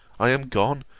i am gone,